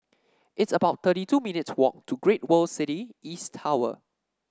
it's about thirty two minutes' walk to Great World City East Tower